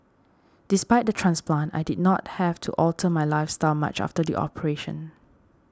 despite the transplant I did not have to alter my lifestyle star much after the operation